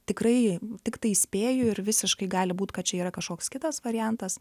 tikrai tiktai spėju ir visiškai gali būt kad čia yra kažkoks kitas variantas